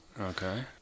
Okay